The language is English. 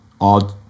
odd